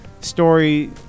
story